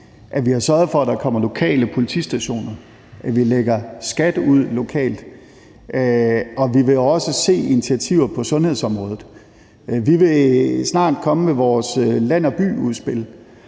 at vi har sørget for, at der kommer lokale politistationer; at vi lægger skat ud lokalt. Og vi vil også se initiativer på sundhedsområdet. Vi vil snart komme med vores land og by-udspil,